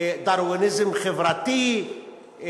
דרוויניזם חברתי,